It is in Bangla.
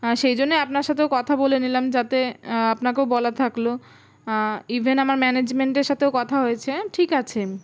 সেই জন্যে আপনার সাথেও কথা বলে নিলাম যাতে আপনাকেও বলা থাকলো ইভেন আমার ম্যানেজমেন্টের সাথেও কথা হয়েছে ঠিক আছে